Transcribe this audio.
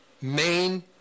main